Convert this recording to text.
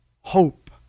hope